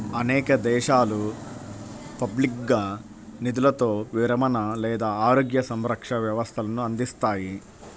అనేక దేశాలు పబ్లిక్గా నిధులతో విరమణ లేదా ఆరోగ్య సంరక్షణ వ్యవస్థలను అందిస్తాయి